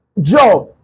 job